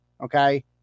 Okay